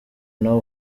nawe